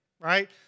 right